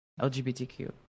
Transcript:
LGBTQ